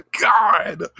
God